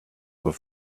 were